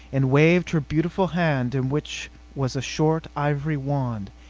and waved her beautiful hand in which was a short ivory wand,